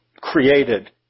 created